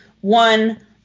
one